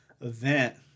event